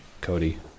Cody